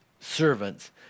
servants